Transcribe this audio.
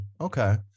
okay